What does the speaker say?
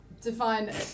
define